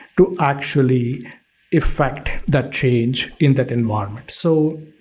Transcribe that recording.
to actually effect that change in that environment. so,